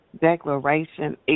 declaration